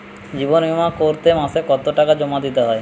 জীবন বিমা করতে মাসে কতো টাকা জমা দিতে হয়?